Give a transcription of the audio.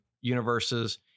universes